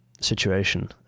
situation